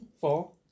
four